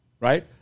right